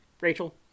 rachel